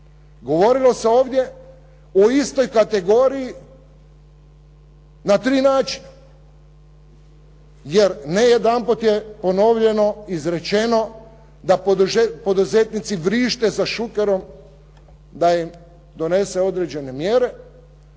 Govorilo se ovdje o istoj kategoriji na tri načina jer ne jedan put je ponovljeno, izrečeno da poduzetnici vrište sa Šukerom da im donese određene mjere.